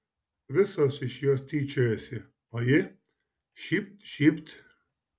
visos iš jos tyčiojasi o ji šypt šypt